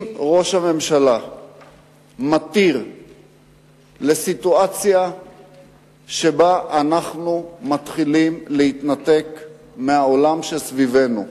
אם ראש הממשלה מתיר לסיטואציה שבה אנחנו מתחילים להתנתק מהעולם שסביבנו,